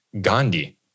Gandhi